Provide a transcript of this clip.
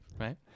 right